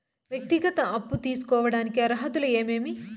వ్యక్తిగత అప్పు తీసుకోడానికి అర్హతలు ఏమేమి